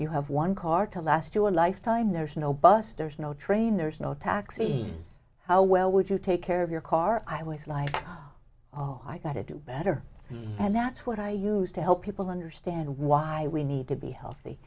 you have one car to last you a lifetime there's no bus there's no train there's no taxi how well would you take care of your car i was like i gotta do better and that's what i use to help people understand why we need to be healthy